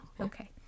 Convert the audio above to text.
Okay